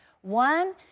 One